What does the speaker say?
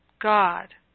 God